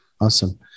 Awesome